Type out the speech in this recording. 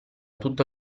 tutto